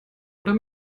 oder